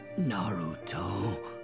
Naruto